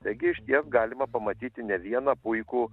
taigi išties galima pamatyti ne vieną puikų